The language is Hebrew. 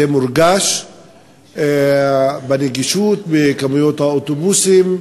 זה מורגש בנגישות ובכמויות האוטובוסים,